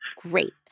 Great